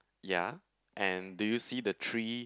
ya and do you see the three